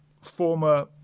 former